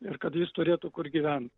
ir kad jis turėtų kur gyvent